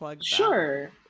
sure